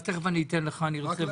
תכף אני אתן לך לדבר.